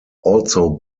also